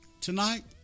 tonight